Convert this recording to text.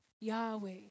Yahweh